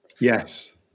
Yes